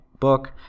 book